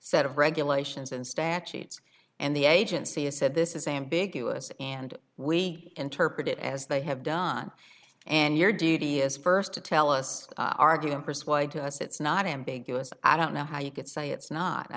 set of regulations and statutes and the agency has said this is ambiguous and we interpret it as they have done and your d d s first to tell us argue and persuade to us it's not ambiguous i don't know how you could say it's not i